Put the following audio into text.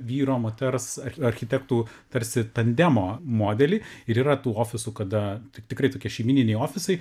vyro moters arch architektų tarsi tandemo modelį ir yra tų ofisų kada tik tikrai tokie šeimyniniai ofisai